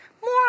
more